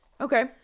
Okay